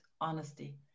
honesty